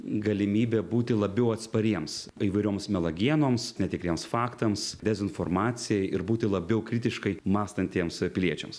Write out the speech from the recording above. galimybę būti labiau atspariems įvairioms melagienoms netikriems faktams dezinformacijai ir būti labiau kritiškai mąstantiems piliečiams